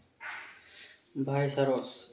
ꯚꯥꯏ ꯁꯔꯣꯁ